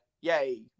yay